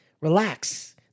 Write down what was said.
Relax